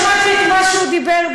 ששמעתי את מה שהוא אמר,